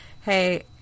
hey